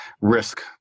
risk